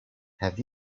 have